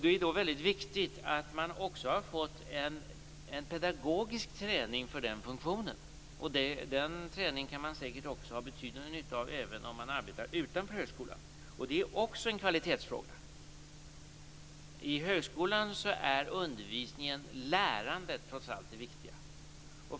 Därför är det viktigt att de ha fått en pedagogisk träning för den funktionen. Man kan säkert också ha betydande nytta av den träningen även om man arbetar utanför högskolan. Detta är också en kvalitetsfråga. I högskolan är undervisningen, lärandet, trots allt det viktiga.